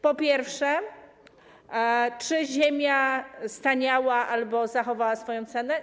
Po pierwsze, czy ziemia staniała albo zachowała swoją cenę?